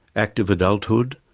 active adulthood,